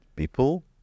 people